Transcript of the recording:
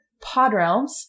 PodRealms